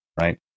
right